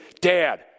Dad